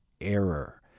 error